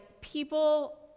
people